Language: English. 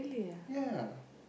ya